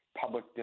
public